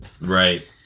Right